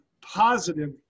positive